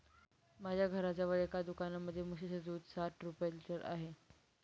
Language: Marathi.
माझ्या घराजवळ एका दुकानामध्ये म्हशीचं दूध साठ रुपये लिटर आहे